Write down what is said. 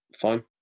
fine